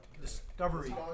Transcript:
Discovery